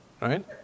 right